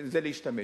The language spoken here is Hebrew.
זה להשתמש.